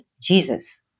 Jesus